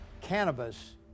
Cannabis